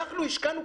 ישירות.